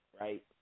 right